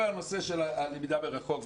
כל הנושא של הלמידה מרחוק,